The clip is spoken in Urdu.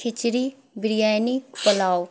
کھچڑی بریانی پلاؤ